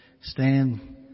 stand